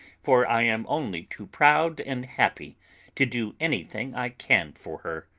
for i am only too proud and happy to do anything i can for her.